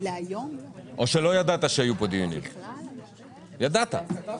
"ינואר-פברואר 2022" יבוא "ינואר-פברואר 2020,